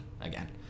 again